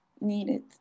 needed